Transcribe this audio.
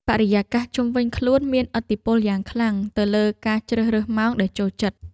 បរិយាកាសជុំវិញខ្លួនមានឥទ្ធិពលយ៉ាងខ្លាំងទៅលើការជ្រើសរើសម៉ោងដែលចូលចិត្ត។